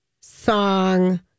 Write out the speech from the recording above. song